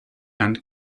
and